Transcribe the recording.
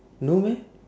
no meh